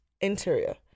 interior